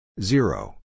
Zero